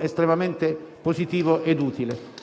estremamente positivo ed utile.